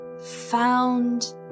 found